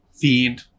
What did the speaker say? Fiend